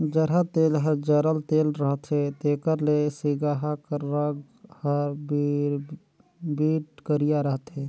जरहा तेल हर जरल तेल रहथे तेकर ले सिगहा कर रग हर बिरबिट करिया रहथे